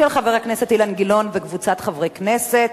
של חבר הכנסת אופיר אקוניס וקבוצת חברי הכנסת.